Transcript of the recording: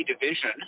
division